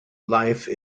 life